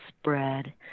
spread